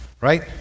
right